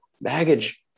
baggage